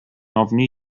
ofni